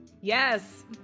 Yes